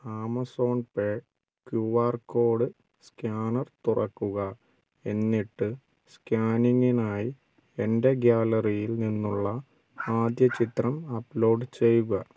Amazon Pay Q R code scanner തുറക്കുക എന്നിട്ട് സ്കാനിംഗിനായി എൻ്റെ ഗാലറിയിൽ നിന്നുള്ള ആദ്യ ചിത്രം അപ്ലോഡ് ചെയ്യുക